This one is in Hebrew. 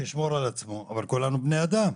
שישמור על עצמו, אבל כולנו בני אדם.